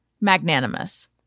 magnanimous